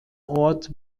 ort